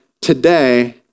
today